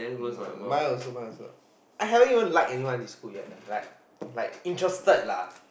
uh mine also mine also I haven't even like anyone in this school like like interested lah